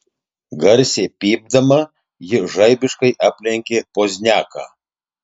garsiai pypdama ji žaibiškai aplenkė pozniaką